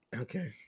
Okay